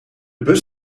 bus